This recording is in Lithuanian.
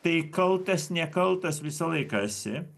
tai kaltas nekaltas visą laiką esi